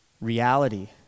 reality